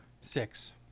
Six